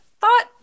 thought